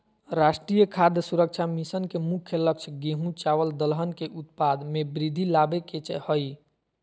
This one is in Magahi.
राष्ट्रीय खाद्य सुरक्षा मिशन के मुख्य लक्ष्य गेंहू, चावल दलहन के उत्पाद में वृद्धि लाबे के हइ